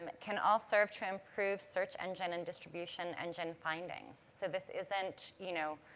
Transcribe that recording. um can all serve to improve search engine and distribution engine findings. so, this isn't, you know,